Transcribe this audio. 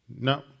No